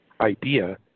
idea